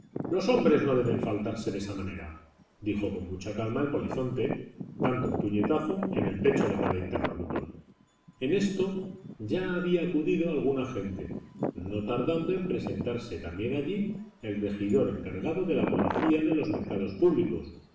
los hombres no deben faltarse de esa manera dijo con mucha calma el polizonte dando un puñetazo en el pecho a cada interlocutor en esto ya había acudido alguna gente no tardando en presentarse también allí el regidor encargado de la policía de los mercados públicos